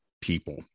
people